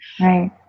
right